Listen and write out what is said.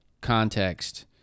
context